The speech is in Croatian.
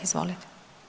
Izvolite.